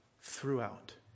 throughout